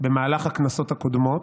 במהלך הכנסות הקודמות,